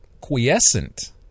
quiescent